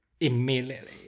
immediately